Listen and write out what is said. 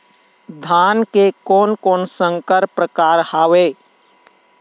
धान के कोन कोन संकर परकार हावे?